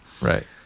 Right